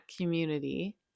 community